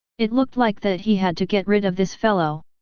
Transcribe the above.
it looked like that he had to get rid of this fellow.